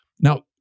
Now